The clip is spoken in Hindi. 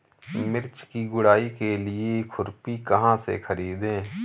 मिर्च की गुड़ाई के लिए खुरपी कहाँ से ख़रीदे?